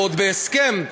ועוד בהסכם.